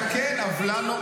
הוא לא מתקן עוולה.